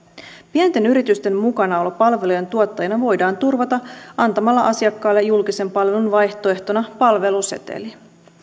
pienten yritysten mukanaolo palvelujen tuottajana voidaan turvata antamalla asiakkaille julkisen palvelun vaihtoehtona palveluseteli